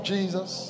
Jesus